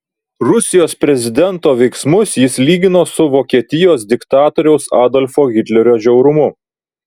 rusijos prezidento veiksmus jis lygino su vokietijos diktatoriaus adolfo hitlerio žiaurumu